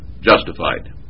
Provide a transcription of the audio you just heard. Justified